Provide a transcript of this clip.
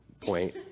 point